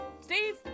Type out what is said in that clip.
Steve